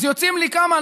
אז יוצאים לי כמה,